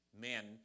men